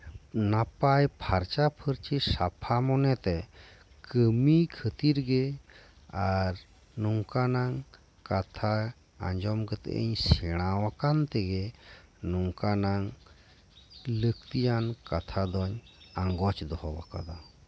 ᱱᱟᱯᱟᱭ ᱯᱷᱟᱨᱪᱟ ᱯᱷᱟᱹᱨᱪᱤ ᱥᱟᱯᱷᱟ ᱢᱚᱱᱮᱛᱮ ᱠᱟᱹᱢᱤ ᱠᱷᱟᱹᱛᱤᱨ ᱜᱮ ᱟᱨ ᱱᱚᱝᱠᱟᱱᱟᱜ ᱠᱟᱛᱷᱟ ᱟᱧᱡᱚᱢ ᱠᱟᱛᱮᱫ ᱤᱧ ᱥᱮᱬᱟᱣᱟᱠᱟᱱ ᱛᱮᱜᱮ ᱱᱚᱝᱠᱟᱱᱟᱜ ᱞᱟᱹᱠᱛᱤᱭᱟᱱ ᱠᱟᱛᱷᱟᱫᱚᱧ ᱟᱸᱜᱚᱪ ᱫᱚᱦᱚ ᱟᱠᱟᱫᱟ